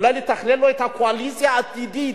אולי נתכנן לו את הקואליציה העתידית.